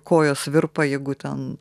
kojos virpa jeigu ten